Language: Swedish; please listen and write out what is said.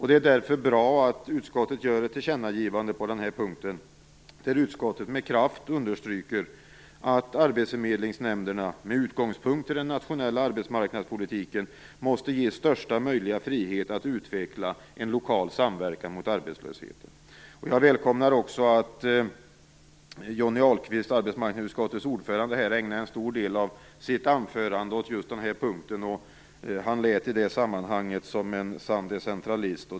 Det är därför bra att utskottet gör ett tillkännagivande på denna punkt där utskottet med kraft understryker att arbetsförmedlingsnämnderna, med utgångspunkt i den nationella arbetsmarknadspolitiken, måste ges största möjliga frihet att utveckla en lokal samverkan mot arbetslösheten. Jag välkomnar också att Johnny Ahlqvist, arbetsmarknadsutskottets ordförande, ägnade en stor del av sitt anförande åt just den här punkten. I det sammanhanget lät han som en sann decentralist.